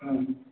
ହଁ